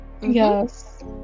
yes